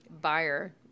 buyer